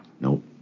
Nope